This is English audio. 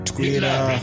Twitter